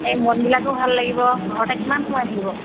এই মনবিলাকো ভাল লাগিব ঘৰতে কিমান সময় থাকিব